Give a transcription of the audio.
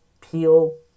Peel